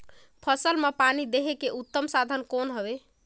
फसल मां पानी देहे के उत्तम साधन कौन हवे?